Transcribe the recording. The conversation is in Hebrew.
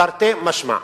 תרתי משמע.